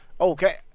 Okay